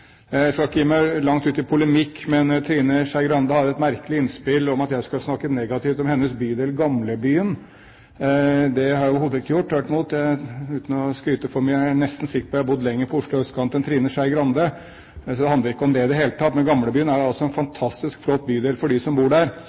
Jeg skal ikke begi meg langt ut i polemikk, men Trine Skei Grande hadde et merkelig innspill om at jeg skulle ha snakket negativt om hennes bydel Gamlebyen. Det har jeg overhodet ikke gjort. Tvert imot, uten å skryte for mye, er jeg nesten sikker på at jeg har bodd lenger på Oslos østkant enn Trine Skei Grande. Det handler ikke om det i det hele tatt. Gamlebyen er en fantastisk flott bydel for dem som bor der.